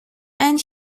and